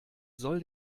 soll